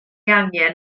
angen